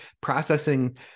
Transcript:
processing